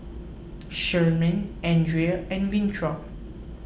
Sherman andria and Winthrop